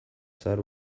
zahar